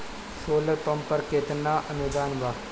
Solar pump पर केतना अनुदान बा?